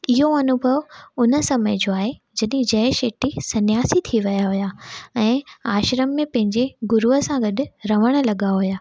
इयो अनुभव उन समय जो आहे जॾहिं जय शेट्टी सन्यासी थी विया हुया ऐं आश्रम में पंहिंजे गुरूअ सां गॾु रहण लॻा हुया